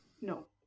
No